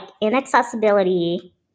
inaccessibility